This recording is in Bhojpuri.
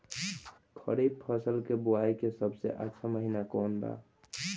खरीफ फसल के बोआई के सबसे अच्छा महिना कौन बा?